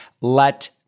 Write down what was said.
let